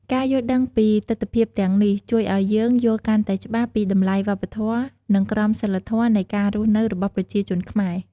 ការយល់ដឹងពីទិដ្ឋភាពទាំងនេះ ជួយឱ្យយើងយល់កាន់តែច្បាស់ពីតម្លៃវប្បធម៌ និងក្រមសីលធម៌នៃការរស់នៅរបស់ប្រជាជនខ្មែរ។